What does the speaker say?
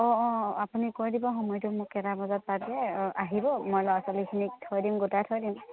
অঁ অঁ আপুনি কৈ দিব সময়টো মোক কেইটা বজাত পাতে অঁ আহিব মই ল'ৰা ছোৱালীখিনিক থৈ দিম গোটাই থৈ দিম